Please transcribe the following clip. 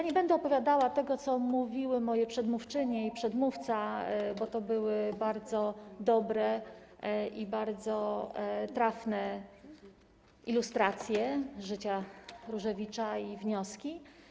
Nie będę opowiadała tego, co mówiły moje przedmówczynie i mówił przedmówca, bo to były bardzo dobre i bardzo trafne ilustracje życia Różewicza i wnioski.